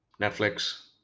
Netflix